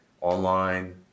online